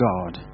God